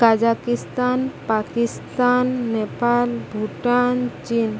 Kazakhstan Pakistan Nepal Bhutan Chin